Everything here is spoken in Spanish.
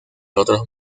otros